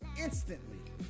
instantly